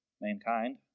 mankind